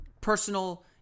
personal